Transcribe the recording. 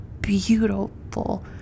beautiful